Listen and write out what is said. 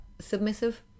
Submissive